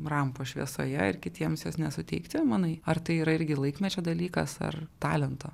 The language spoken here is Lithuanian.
rampos šviesoje ir kitiems jos nesuteikti manai ar tai yra irgi laikmečio dalykas ar talento